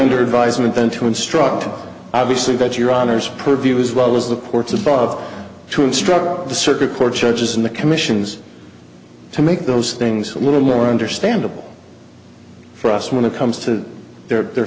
under advisement then to instruct obviously that your honour's purview as well as the courts above to instruct the circuit court judges and the commissions to make those things a little more understandable for us when it comes to their